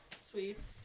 Sweets